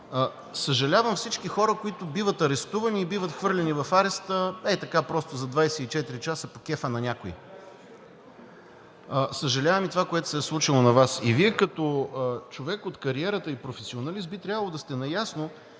съжалявам всички хора, които биват арестувани и биват хвърлени в ареста ей така, просто за 24 часа по кефа на някого. Съжалявам за това, което Ви се е случило. И Вие като човек от кариерата и професионалист би трябвало да сте наясно